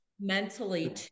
mentally